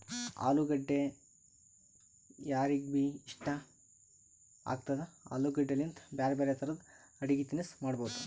ಅಲುಗಡ್ಡಿ ಯಾರಿಗ್ಬಿ ಇಷ್ಟ ಆಗ್ತದ, ಆಲೂಗಡ್ಡಿಲಿಂತ್ ಬ್ಯಾರೆ ಬ್ಯಾರೆ ತರದ್ ಅಡಗಿ ತಿನಸ್ ಮಾಡಬಹುದ್